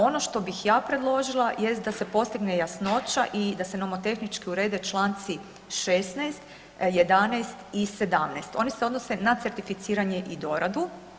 Ono što bih ja predložila jest da se postigne jasnoća i da se nomotehnički urede Članci 16., 11. i 17., oni se odnose na certificiranje i doradu.